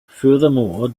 furthermore